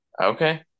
Okay